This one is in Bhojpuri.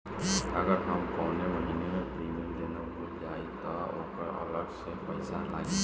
अगर हम कौने महीने प्रीमियम देना भूल जाई त ओकर अलग से पईसा लागी?